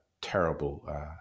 terrible